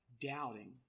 Doubting